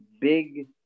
big